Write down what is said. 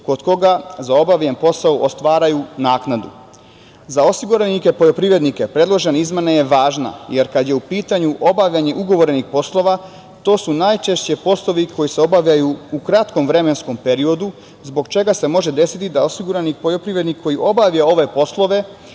kod koga za obavljen posao ostvaruju naknadu. Za osiguranike poljoprivrednike predložena izmena je važna jer kada je u pitanju obavljanje ugovorenih poslova to su najčešće poslovi koji se obavljaju u kratkom vremenskom periodu zbog čega se može desiti da osigurani poljoprivrednik koji obavlja ove poslove